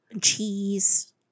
Cheese